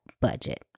Budget